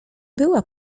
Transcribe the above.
była